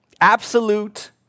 absolute